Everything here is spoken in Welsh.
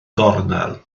gornel